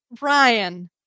Ryan